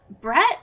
Brett